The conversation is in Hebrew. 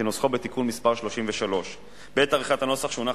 כנוסחו בתיקון מס' 33. בעת עריכת הנוסח שהונח